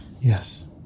Yes